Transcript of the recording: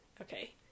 okay